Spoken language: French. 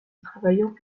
travailleurs